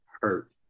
hurt